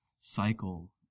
cycle